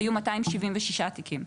היו 276 תיקים.